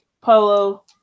polo